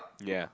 ya